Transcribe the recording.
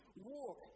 walk